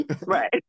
Right